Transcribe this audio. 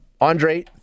Andre